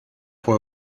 fue